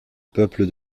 peuple